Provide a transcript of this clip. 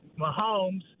Mahomes